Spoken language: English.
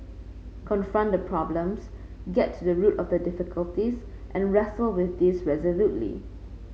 confront the problems get to the root of the difficulties and wrestle with these resolutely